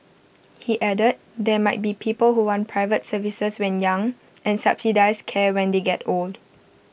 he added there might be people who want private services when young and subsidised care when they get old